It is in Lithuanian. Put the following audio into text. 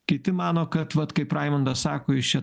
kiti mano kad vat kaip raimundas sako jis čia